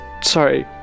Sorry